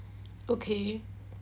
okay